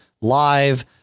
live